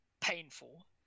painful